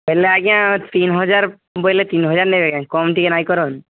ହେଲେ ଆଜ୍ଞା ତିନି ହଜାର ବୁଇଲେ ତିନି ହଜାର ନେବେ କାଏନ୍ କମ ଟିକେ ନାଇଁ କରନ୍